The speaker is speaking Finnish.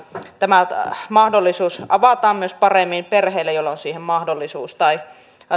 tämä mahdollisuus avataan myös paremmin perheille joilla on siihen mahdollisuus tai